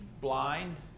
blind